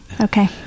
Okay